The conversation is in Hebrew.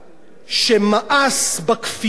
שמאס בכפייה הזאת,